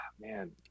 man